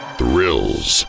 thrills